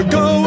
go